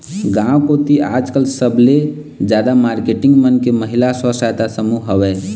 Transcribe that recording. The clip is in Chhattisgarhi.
गांव कोती आजकल सबले जादा मारकेटिंग मन के महिला स्व सहायता समूह हवय